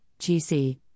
GC